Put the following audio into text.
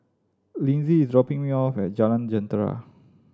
Lyndsey is dropping me off at Jalan Jentera